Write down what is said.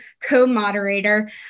co-moderator